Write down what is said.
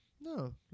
No